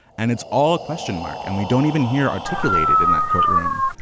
and it's all a question mark. and we don't even hear articulated in that courtroom,